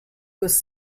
was